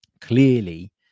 clearly